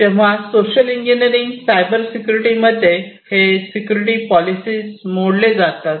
तेव्हा social engineering cyber security मध्ये हे सिक्युरिटी पॉलिसीज मोडली जातात